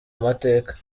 mateka